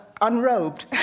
unrobed